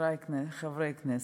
חברי חברי הכנסת,